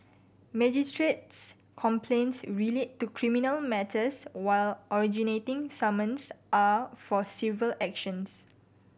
magistrate's complaints relate to criminal matters while originating summons are for civil actions